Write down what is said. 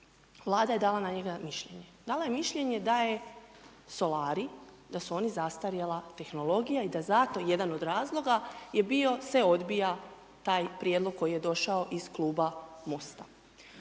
Vlada je dala na njega mišljenje. Dala je mišljenje da je solarij, da su oni zastarjela tehnologija i da zato, jedan od razloga je bio, se odbija taj prijedlog koji je došao iz Kluba MOST-a.